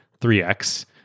3x